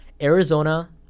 Arizona